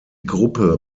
gruppe